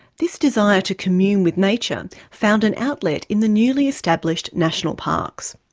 this desire to commune with nature found an outlet in the newly-established national parks.